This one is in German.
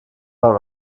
beim